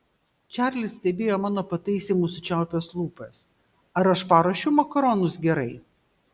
čarlis stebėjo mano pataisymus sučiaupęs lūpas ar aš paruošiau makaronus gerai